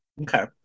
Okay